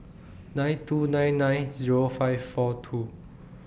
nine two nine nine Zero five four two